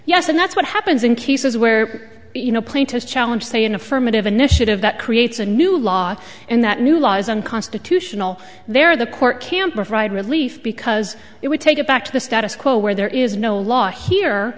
yes and that's what happens in cases where you know plaintiffs challenge say an affirmative initiative that creates a new law and that new law is unconstitutional there the court can provide relief because it would take it back to the status quo where there is no law here